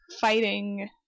Fighting